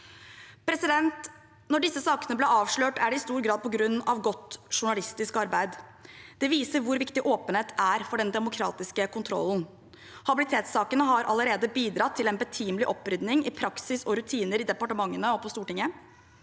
vurderingene. Når disse sakene ble avslørt, er det i stor grad på grunn av godt journalistisk arbeid. Det viser hvor viktig åpenhet er for den demokratiske kontrollen. Habilitetssakene har allerede bidratt til en betimelig opprydning i praksis og rutiner i departementene og på Stortinget.